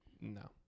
No